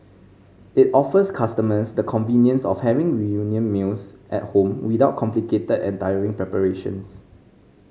it offers customers the convenience of having reunion meals at home without complicated and tiring preparations